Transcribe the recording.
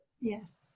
Yes